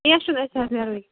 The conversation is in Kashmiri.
کیٚنٛہہ چھُنہِ أسۍ حظ نیرو یِکہِ